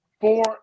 four